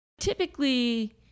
Typically